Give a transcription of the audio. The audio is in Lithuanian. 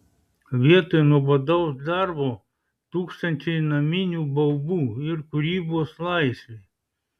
vietoj nuobodaus darbo tūkstančiai naminių baubų ir kūrybos laisvė